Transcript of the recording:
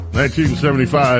1975